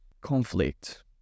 conflict